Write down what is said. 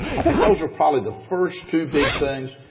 i think those are probably the first two big things.